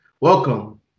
Welcome